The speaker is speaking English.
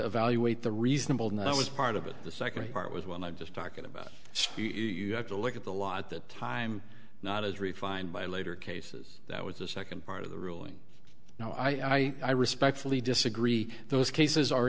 evaluate the reasonable and that was part of it the second part was when i'm just talking about school you have to look at the law at that time not as refined by later cases that was the second part of the ruling no i respectfully disagree those cases are